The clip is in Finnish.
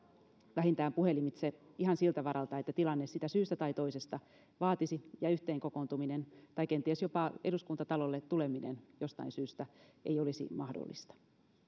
vähintään puhelimitse ihan siltä varalta että tilanne sitä syystä tai toisesta vaatisi ja yhteen kokoontuminen tai kenties jopa eduskuntatalolle tuleminen jostain syystä ei olisi mahdollista